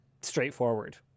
straightforward